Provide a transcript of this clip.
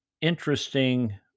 interesting